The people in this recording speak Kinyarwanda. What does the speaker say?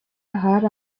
hari